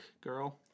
Girl